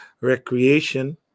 recreation